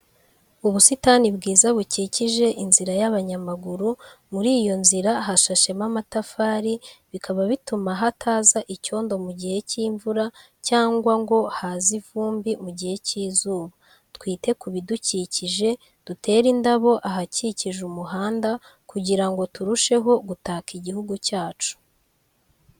Ubusitani bwiza bukikije inzira y'abanyamaguru, muri iyo nzira hashashemo amatafari bikaba bituma hataza icyondo mu gihe cy'imvura cyangwa ngo haze ivumbi mu gihe cy'izuba. Twite ku bidukikije, dutere indabo ahakikije umuhanda kugira ngo turusheho gutaka igihugu cyacu.